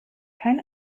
kein